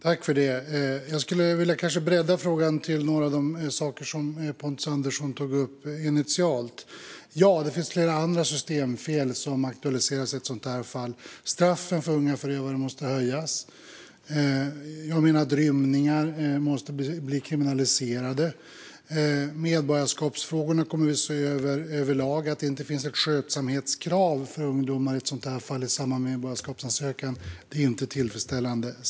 Herr talman! Jag skulle kanske vilja bredda frågan till några av de saker som Pontus Andersson tog upp initialt. Ja, det finns flera andra systemfel som aktualiseras i ett sådant här fall. Straffen för unga förövare måste höjas. Jag menar att rymningar måste kriminaliseras. Medborgarskapsfrågorna kommer vi att se över överlag. Att det inte finns ett skötsamhetskrav för ungdomar i ett sådant här fall i samband med medborgarskapsansökan är inte tillfredsställande.